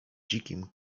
dzikim